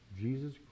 Jesus